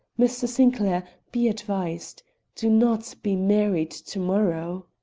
mr. sinclair, be advised do not be married to-morrow!